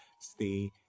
Stay